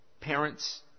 parents